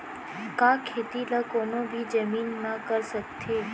का खेती ला कोनो भी जमीन म कर सकथे?